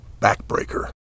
backbreaker